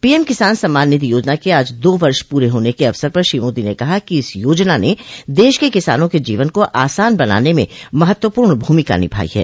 PM किसान सम्मान निधि योजना के आज दो वर्ष प्ररे होने के अवसर पर श्री मोदी ने कहा कि इस योजना ने देश के किसानों के जीवन को आसान बनाने में महत्वनप्र्ण भूमिका निभाई है